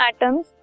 atoms